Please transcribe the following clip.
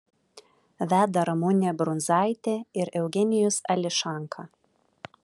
veda ramunė brundzaitė ir eugenijus ališanka